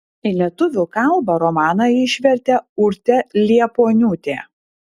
į lietuvių kalbą romaną išvertė urtė liepuoniūtė